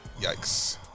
Yikes